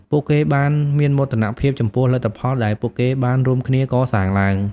ពួកគេបានមានមោទនភាពចំពោះលទ្ធផលដែលពួកគេបានរួមគ្នាកសាងឡើង។